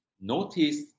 notice